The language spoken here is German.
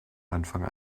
anfang